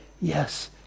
Yes